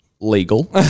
legal